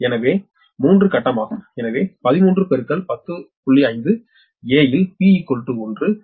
எனவே இது 3 கட்டமாகும் எனவே 13 105𝑎 இல் P 1 சக்தி காரணி 0